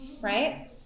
right